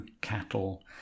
cattle